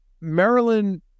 Maryland